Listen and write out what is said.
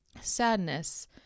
sadness